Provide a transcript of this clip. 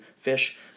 fish